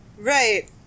Right